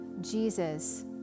Jesus